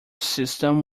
systems